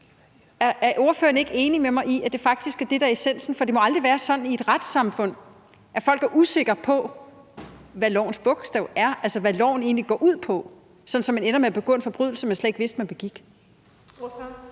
Er ordføreren ikke enig med mig i, at det faktisk er det, der er essensen? For det må aldrig være sådan i et retssamfund, at folk er usikre på, hvad lovens bogstav er, altså hvad loven egentlig går ud på, sådan at man ender med at begå en forbrydelse, man slet ikke vidste man begik.